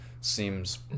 seems